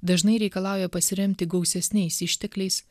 dažnai reikalauja pasiremti gausesniais ištekliais